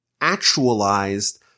actualized